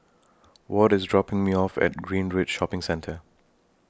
Ward IS dropping Me off At Greenridge Shopping Centre